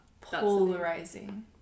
Polarizing